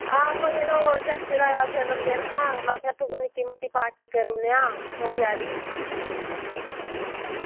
आहो यरो जगतै दा जनमदिन हा में आखेआ निक्की मुट्टी पार्टी करी ओड़ने आं थोह्ड़ी हारी